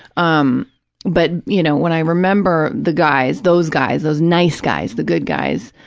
um but, you know, when i remember the guys, those guys, those nice guys, the good guys,